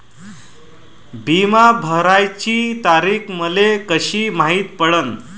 बिमा भराची तारीख मले कशी मायती पडन?